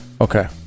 Okay